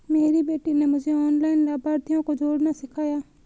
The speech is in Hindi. मेरी बेटी ने मुझे ऑनलाइन लाभार्थियों को जोड़ना सिखाया